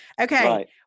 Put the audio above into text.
Okay